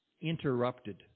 interrupted